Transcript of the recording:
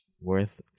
worth